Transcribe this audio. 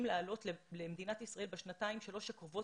לעלות למדינת ישראל בשנתיים-שלוש הקרובות.